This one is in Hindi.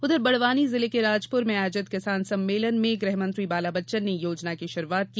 उधर बड़वानी जिले के राजपुर में आयोजित किसान सम्मेलन में गृहमंत्री बालाबच्चन ने योजना की शुरूआत की